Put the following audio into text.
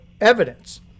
evidence